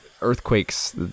earthquakes